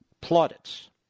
plaudits